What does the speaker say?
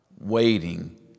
waiting